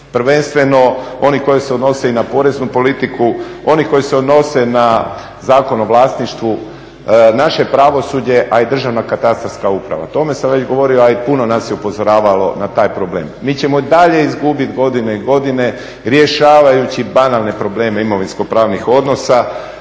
prvenstveno oni koji se odnose i na poreznu politiku, oni koji se odnose na Zakon o vlasništvu, naše pravosuđe, a i Državna katastarska uprava. O tome sam ja već govorio, a i puno nas je upozoravalo na taj problem. Mi ćemo i dalje izgubiti godine i godine rješavajući banalne probleme imovinskopravnih odnosa